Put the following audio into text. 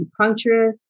acupuncturist